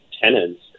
tenants